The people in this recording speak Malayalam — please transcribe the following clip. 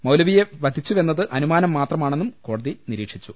മൌലവിയെ വധിച്ചുവെന്നത് അനുമാനം മാത്രമാണെന്നും കോടതി പറഞ്ഞു